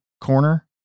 corner